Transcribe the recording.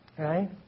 Right